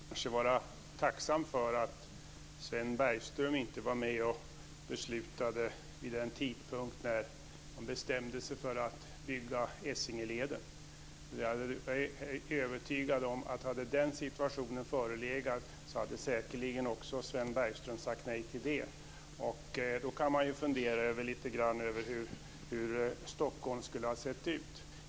Fru talman! Man får kanske vara tacksam för att Sven Bergström inte var med och beslutade vid den tidpunkt när man bestämde sig för att bygga Essingeleden. Jag är övertygad om att Sven Bergström säkerligen hade sagt nej också till den om den situationen hade förelegat. Man kan ju fundera lite grann över hur Stockholm skulle ha sett ut då.